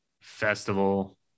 festival